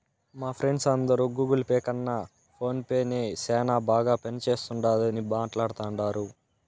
మా ఫ్రెండ్స్ అందరు Google Pay కన్న ఫోన్ పే నే సేనా బాగా పనిచేస్తుండాదని మాట్లాడతాండారు